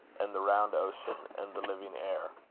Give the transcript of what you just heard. and the round ocean, and the living air